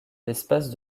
l’espace